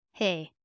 Hey